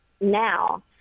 now